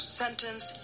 sentence